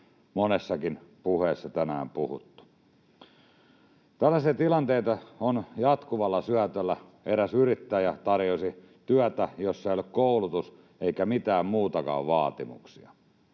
monessakin puheessa tänään puhuttu. Tällaisia tilanteita on jatkuvalla syötöllä: Eräs yrittäjä tarjosi työtä, jossa ei ole koulutus- eikä mitään muitakaan vaatimuksia.